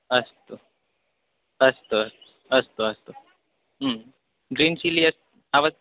अस्तु अस्तु अस्तु अस्तु ग्रीन् चिली अस्ति अवश्यम्